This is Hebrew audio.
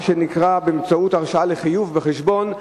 מה שנקרא באמצעות הרשאה לחיוב בחשבון,